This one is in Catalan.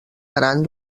gran